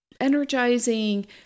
energizing